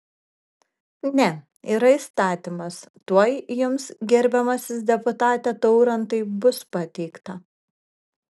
ne yra įstatymas tuoj jums gerbiamasis deputate taurantai bus pateikta